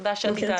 תודה שאת כאן.